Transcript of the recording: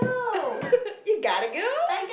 you gotta go